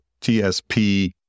TSP